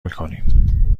میکنیم